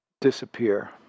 disappear